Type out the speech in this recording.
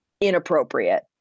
Inappropriate